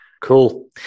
cool